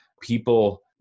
people